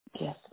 Yes